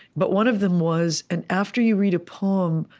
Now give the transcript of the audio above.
but one of them was and after you read a poem,